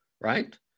right